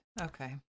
Okay